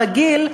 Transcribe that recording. הרגיל,